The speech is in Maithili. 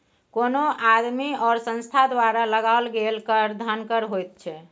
कोनो आदमी वा संस्था द्वारा लगाओल गेल कर धन कर होइत छै